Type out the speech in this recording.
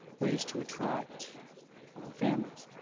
ways to attract families.